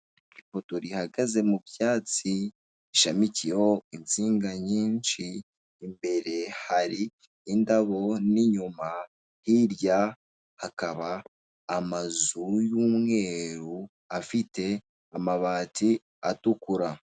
Ipoto rihagaze mu byatsi rishamikiyeho insinga nyinshi imbere hari indabo n'inyuma hirya hakaba amazu y'umweru afite amabati atukura.